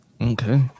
Okay